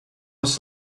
was